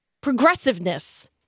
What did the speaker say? progressiveness